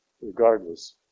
regardless